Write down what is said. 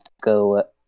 go